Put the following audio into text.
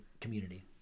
community